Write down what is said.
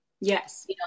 Yes